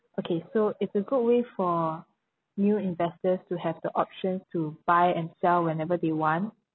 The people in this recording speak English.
okay so it's a good way for new investors to have the options to buy and sell whenever they want